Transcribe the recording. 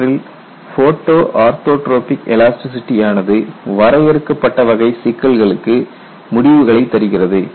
இவற்றில் போட்டோ orthotropic elasticity ஆனது வரையறுக்கப்பட்ட வகை சிக்கல்களுக்கு முடிவுகளை தருகிறது